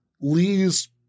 Lee's